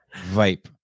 vibe